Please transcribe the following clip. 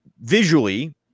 visually